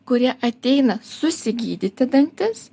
kurie ateina susigydyti dantis